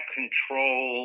control